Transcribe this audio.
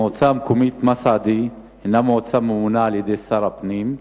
המועצה המקומית מסעדה הינה מועצה ממונה על-ידי שר הפנים,